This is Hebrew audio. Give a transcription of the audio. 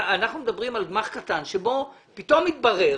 אנחנו מדברים על גמ"ח קטן שפתאום התברר